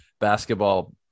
basketball